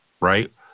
right